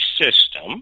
system